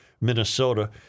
Minnesota